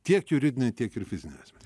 tiek juridiniai tiek ir fiziniai asme